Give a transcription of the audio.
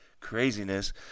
craziness